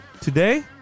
Today